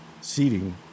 seating